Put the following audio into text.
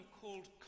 called